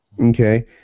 Okay